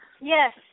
Yes